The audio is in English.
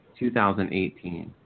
2018